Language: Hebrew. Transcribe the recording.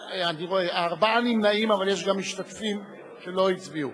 ארבעה נמנעים, אבל יש גם משתתפים שלא הצביעו,